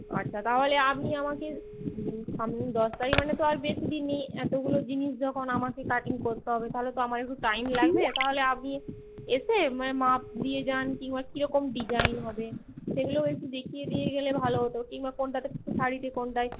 আচ্ছা তাহলে আপনি আমাকে সামনের দশ তারিখ মানে তো আর বেশি দিন নেই এতগুলো জিনিস যখন আমাকে কাটিং করতে হবে তাহলে তো আমার একটু টাইম লাগবে তাহলে আপনি এসে মানে মাপ দিয়ে যান কিংবা কী রকম ডিজাইন হবে সেগুলো একটু দেখিয়ে দিয়ে গেলে ভালো হত কিংবা কোনটা শাড়িতে কোনটায়